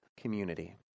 community